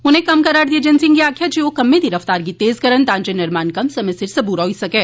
उनें कम्म करा'रदिएं अजेंसिएं गी आक्खेआ जे ओह् कम्मै दी रफ्तार गी तेज करन तां जे निर्माण कम्म समें सिर सबूरा होई सकै